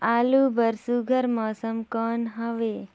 आलू बर सुघ्घर मौसम कौन हवे?